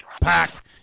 pack